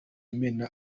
imena